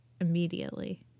immediately